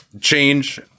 change